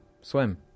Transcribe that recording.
Swim